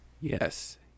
yes